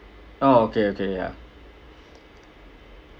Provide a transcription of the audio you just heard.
ah okay okay ya